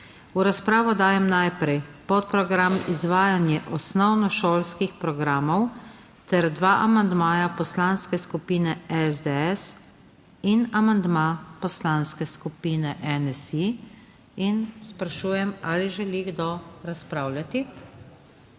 V razpravo dajem najprej podprogram Izvajanje osnovnošolskih programov ter dva amandmaja Poslanske skupine SDS in amandma Poslanske skupine NSi. Sprašujem, ali želi kdo razpravljati?